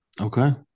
Okay